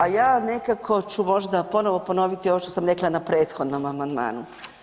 A ja nekako ću možda ponovo ponoviti ovo što sam rekla na prethodnom amandmanu.